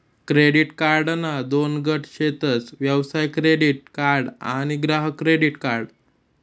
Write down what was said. credit कार्डना दोन गट शेतस व्यवसाय क्रेडीट कार्ड आणि ग्राहक क्रेडीट कार्ड